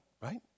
right